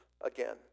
again